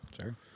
Sure